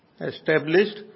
established